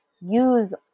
use